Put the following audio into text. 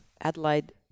Adelaide